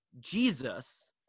Jesus